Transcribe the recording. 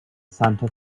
santa